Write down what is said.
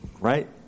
right